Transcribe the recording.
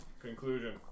Conclusion